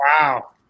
wow